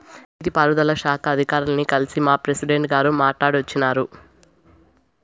నీటి పారుదల శాఖ అధికారుల్ని కల్సి మా ప్రెసిడెంటు గారు మాట్టాడోచ్చినారు